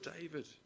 David